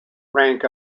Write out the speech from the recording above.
rank